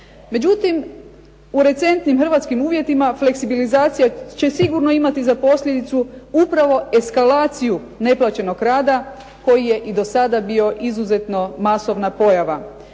Međutim, u recentnim hrvatskim uvjetima fleksibilizacija će sigurno imati za posljedicu upravo eskalaciju neplaćenog rada koji je i do sada bio izuzetno masovna pojava